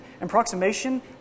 approximation